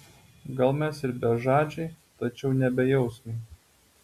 gal mes ir bežadžiai tačiau ne bejausmiai